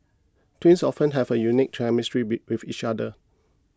twins often have a unique chemistry be with each other